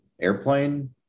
airplane